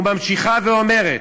והיא ממשיכה ואומרת: